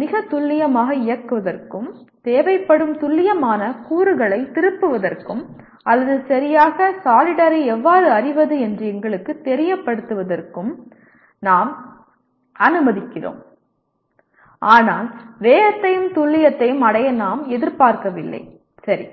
மிகத் துல்லியமாக இயக்குவதற்கும் தேவைப்படும் துல்லியமான கூறுகளைத் திருப்புவதற்கும் அல்லது சரியாக சாலிடரை எவ்வாறு அறிவது என்று எங்களுக்குத் தெரியப்படுத்துவதற்கும் நாம் அனுமதிக்கிறோம் ஆனால் வேகத்தையும் துல்லியத்தையும் அடைய நாம் எதிர்பார்க்கவில்லை சரி